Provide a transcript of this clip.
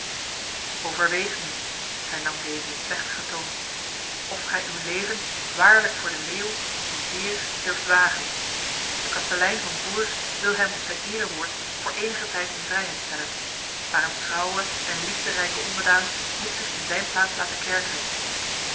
overweeg nu hernam deze met plechtige toon of gij uw leven waarlijk voor de leeuw uw heer durft wagen de kastelein van bourges wil hem op zijn erewoord voor enige tijd in vrijheid stellen maar een trouwe en liefderijke onderdaan moet zich in zijn plaats laten kerkeren